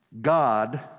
God